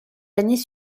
années